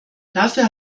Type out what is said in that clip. dafür